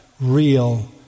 real